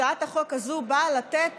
הצעת החוק הזאת באה לתת